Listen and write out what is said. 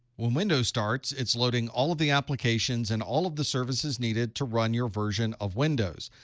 when windows starts, it's loading all of the applications and all of the services needed to run your version of windows.